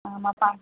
ஆமாப்பா